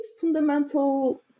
fundamental